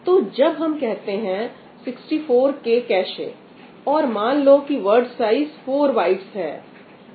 तो जब हम कहते हैं 64 K कैशे और मान लो कि वर्ड साइज 4 बाइट्स है